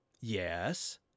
yes